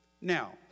Now